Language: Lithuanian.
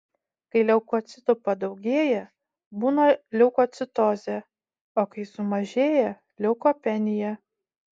kai leukocitų padaugėja būna leukocitozė o kai sumažėja leukopenija